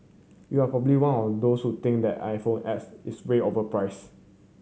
you're probably one of those think the iPhone X is way overpriced